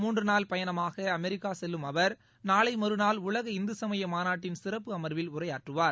மூன்றுநாள் பயணமாகஅமெரிக்காசெலலும் அவர் நாளைமறுநாள் உலக இந்துசமயமாநாட்டின் சிறப்பு அமர்வில் உரையாற்றுவார்